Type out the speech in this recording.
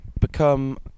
become